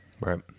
right